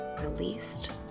released